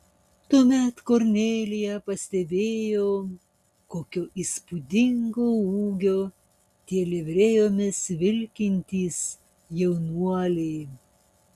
tuomet kornelija pastebėjo kokio įspūdingo ūgio tie livrėjomis vilkintys jaunuoliai